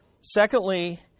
Secondly